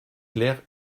claire